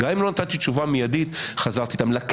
גם אם לא נתתי תשובה מידית.